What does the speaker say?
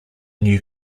new